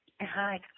Hi